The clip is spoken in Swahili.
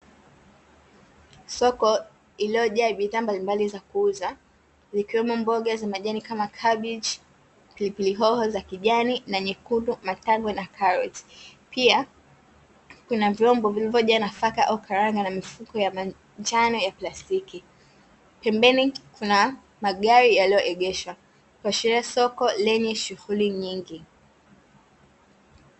Soko lililojaa bidhaa mbalimbali za kuuza zikiwemo mboga za majani kama; kabichi, pilipili hoho za kijani na nyekundu, matango na karoti, pia kuna vyombo vilivyojaa nafaka au karanga na mifuko ya manjano ya plastiki, pembeni kuna magari yaliyoegeshwa kuashiria soko lenye shughuli nyingi.